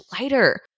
lighter